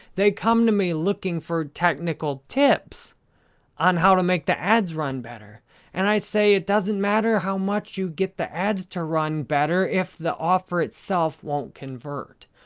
they come to me looking for technical tips on how to make the ads run better and i say it doesn't matter how much you get the ads to run better if the offer itself won't convert.